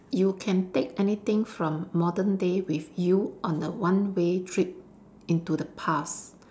you can take anything from modern day with you on a one way trip into the past